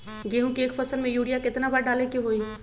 गेंहू के एक फसल में यूरिया केतना बार डाले के होई?